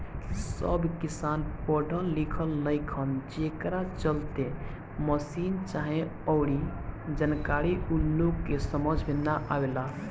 सब किसान पढ़ल लिखल नईखन, जेकरा चलते मसीन चाहे अऊरी जानकारी ऊ लोग के समझ में ना आवेला